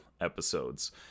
episodes